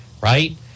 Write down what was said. right